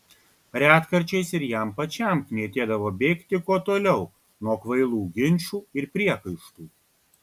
retkarčiais ir jam pačiam knietėdavo bėgti kuo toliau nuo kvailų ginčų ir priekaištų